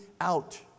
out